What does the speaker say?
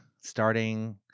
starting